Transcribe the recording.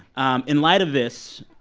um in light of this,